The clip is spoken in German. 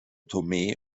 tomé